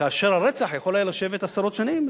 כאשר על רצח יכול היה לשבת עשרות שנים,